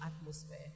atmosphere